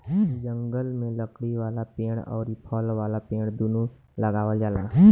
जंगल में लकड़ी वाला पेड़ अउरी फल वाला पेड़ दूनो लगावल जाला